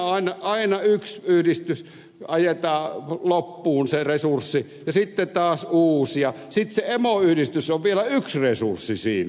ja aina yhden yhdistyksen resurssit ajetaan loppuun ja sitten taas uuden ja sitten se emoyhdistys on vielä yksi resurssi siinä